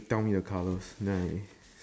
you tell me the colours then I